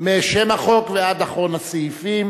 משם החוק ועד אחרון הסעיפים.